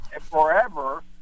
forever